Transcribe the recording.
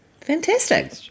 Fantastic